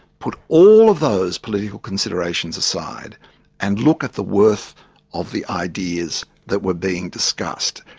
put all of those political considerations aside and look at the worth of the ideas that were being discussed.